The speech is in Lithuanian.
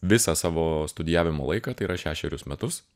visą savo studijavimo laiką tai yra šešerius metus